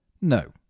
no